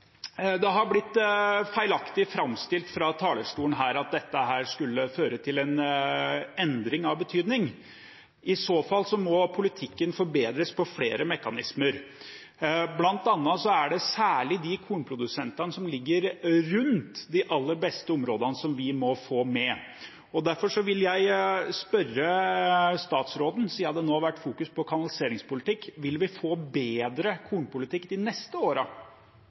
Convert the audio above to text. har feilaktig blitt framstilt fra talerstolen her som at dette skulle føre til en endring av betydning. I så fall må politikken forbedres på flere mekanismer. Blant annet er det særlig de kornprodusentene som ligger rundt de aller beste områdene, som vi må få med. Derfor vil jeg spørre statsråden, siden det nå har vært fokus på kanaliseringspolitikk: Vil vi få bedre kornpolitikk de neste